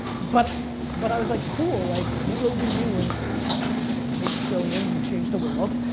but but, i was like, cool, like you go do you and make trillions and change the world.